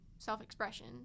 self-expression